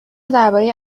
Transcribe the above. درباره